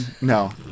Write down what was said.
No